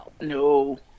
No